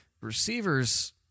Receivers